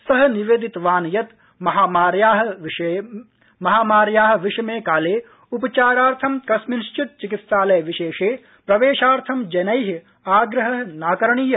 स निवेदितवान् यत् महामार्या विषमे काले उपचारार्थं कस्मिंशिद चिकित्सालयविशेषे प्रवेशार्थं जनाआप्रह न करणीय